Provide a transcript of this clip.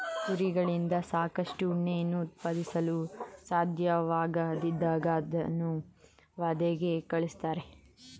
ಕುರಿಗಳಿಂದ ಸಾಕಷ್ಟು ಉಣ್ಣೆಯನ್ನು ಉತ್ಪಾದಿಸಲು ಸಾಧ್ಯವಾಗದಿದ್ದಾಗ ಅವನ್ನು ವಧೆಗೆ ಕಳಿಸ್ತಾರೆ